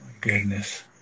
Goodness